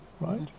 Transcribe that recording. Right